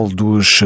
dos